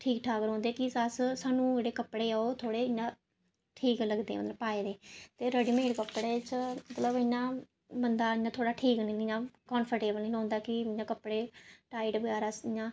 ठीक ठाक रौह्दे कि अस सांनू जेह्ड़े कपड़े ओह् थोह्ड़े इ'यां ठीक लगदे ऐ एह् रेड़ीमेड च मतलब इ'यां बंदा इ'यां ठीक नीं इ'यां कम्फाटेवल निं रौह्दा कि इ'यां कपड़े टाइट बगैरा इ'यां